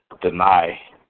deny